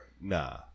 Nah